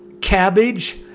cabbage